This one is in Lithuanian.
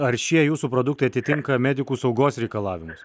ar šie jūsų produktai atitinka medikų saugos reikalavimus